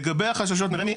לגבי החששות מרמ"י,